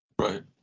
right